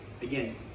Again